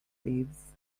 leaves